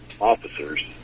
officers